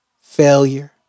failure